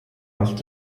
must